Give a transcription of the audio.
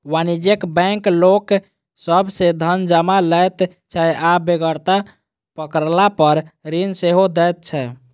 वाणिज्यिक बैंक लोक सभ सॅ धन जमा लैत छै आ बेगरता पड़लापर ऋण सेहो दैत छै